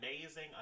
amazing